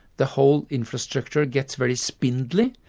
the whole infrastructure gets very spindly,